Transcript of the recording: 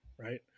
Right